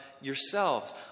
yourselves